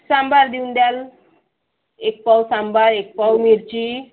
सांबार देऊन द्याल एक पाव सांबार एक पाव मिरची